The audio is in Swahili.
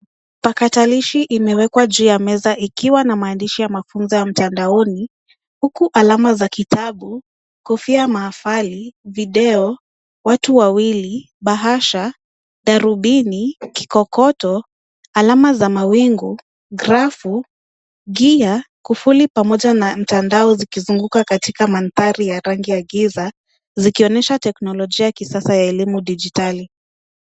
Pakatalishi imewekwa juu ya meza ikiwa na maandishi ya mafunzo ya mtandaoni huku alama za kitabu, kofia mahafali, video, watu wawili, bahasha, darubini, kikokoto, alama za mawingu, grafu, gia, kufuli pamoja na mtandao zikizunguka katika mandhari ya rangi ya giza zikionesha teknolojia ya kisasa ya elimu dijitali.